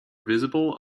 visible